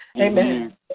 Amen